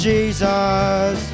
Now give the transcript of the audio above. Jesus